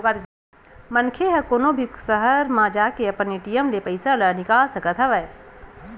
मनखे ह कोनो भी सहर म जाके अपन ए.टी.एम ले पइसा ल निकाल सकत हवय